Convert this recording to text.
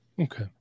Okay